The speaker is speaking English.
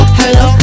hello